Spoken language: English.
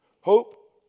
hope